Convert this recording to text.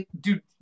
dude